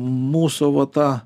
mūsų va ta